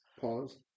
Pause